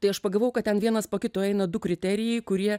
tai aš pagavau kad ten vienas po kito eina du kriterijai kurie